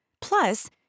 Plus